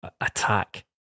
attack